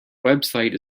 website